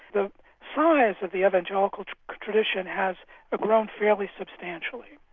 the size of the evangelical tradition has ah grown fairly substantially.